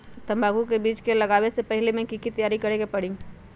तंबाकू के बीज के लगाबे से पहिले के की तैयारी करे के परी?